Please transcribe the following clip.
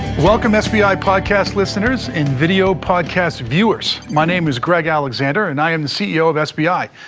welcome sbi podcast listeners and video podcast viewers. my name is greg alexander, and i am the ceo of sbi,